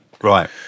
Right